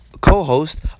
co-host